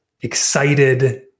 excited